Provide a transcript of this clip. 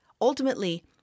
Ultimately